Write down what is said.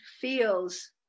feels